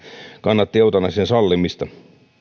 kannatti eutanasian sallimista